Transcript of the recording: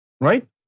Right